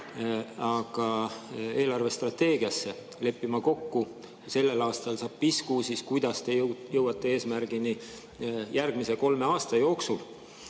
aga eelarvestrateegias leppima kokku, et kui sellel aastal saab pisku, siis kuidas te jõuate eesmärgini järgmise kolme aasta jooksul.